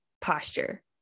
posture